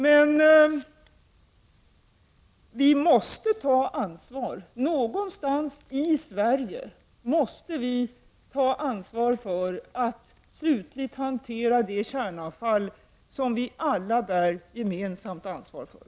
Men vi måste ta ansvar. Någonstans i Sverige måste vi hitta en plats att slutligt hantera det kärnavfall som vi alla bär gemensamt ansvar för.